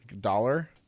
Dollar